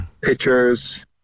Pictures